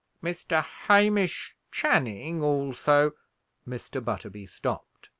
mr. hamish channing also mr. butterby stopped.